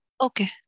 Okay